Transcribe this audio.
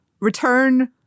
Return